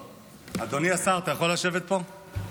אדוני השר, אתה יכול לשבת פה?